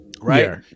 right